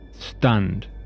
Stunned